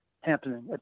happening